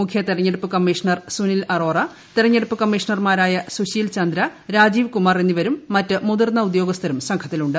മുഖ്യ തിരഞ്ഞെടുപ്പ് കമ്മീഷണർ സുനിൽ അറോറ തെരഞ്ഞെടുപ്പ് കമ്മീഷണർമാരായ സുശീൽ ചന്ദ്ര രാജീവ് കുമാർ എന്നിവരും മറ്റ് മുതിർന്ന ഉദ്യോഗസ്ഥരും സംഘത്തിലുണ്ട്